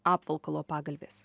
apvalkalo pagalvės